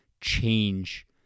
change